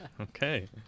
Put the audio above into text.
Okay